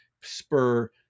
spur